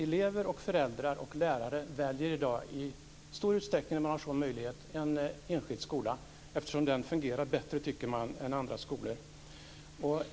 Elever, föräldrar och lärare väljer i dag i stor utsträckning, om de har möjlighet, en enskild skola eftersom de tycker att den fungerar bättre än andra skolor.